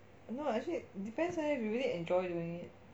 no actually depends leh if you really enjoy doing it